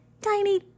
tiny